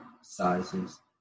sizes